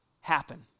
happen